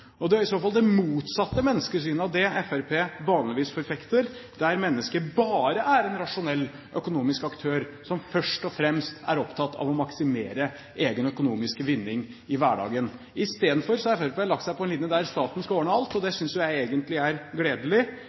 Det er i så fall det motsatte menneskesynet av det Fremskrittspartiet vanligvis forfekter, der mennesket bare er en rasjonell, økonomisk aktør som først og fremst er opptatt av å maksimere egen økonomisk vinning i hverdagen. I stedet har Fremskrittspartiet lagt seg på en linje der staten skal ordne alt, og det synes jeg egentlig er gledelig,